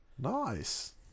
Nice